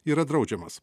yra draudžiamas